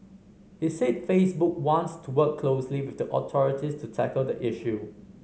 he said Facebook wants to work closely with the authorities to tackle the issue